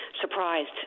surprised